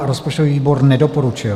Rozpočtový výbor nedoporučil.